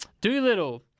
Doolittle